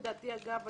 לדעתי אגב,